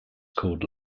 called